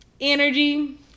energy